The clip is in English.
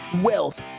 wealth